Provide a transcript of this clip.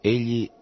Egli